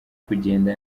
kugenda